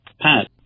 Pat